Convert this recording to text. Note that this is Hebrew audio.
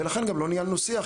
ולכן גם לא ניהלנו שיח,